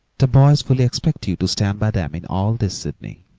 the boys fully expect you to stand by them in all this, sydney,